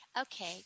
Okay